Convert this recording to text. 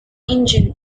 engine